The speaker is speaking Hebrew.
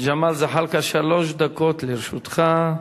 ג'מאל זחאלקה, שלוש דקות לרשותך.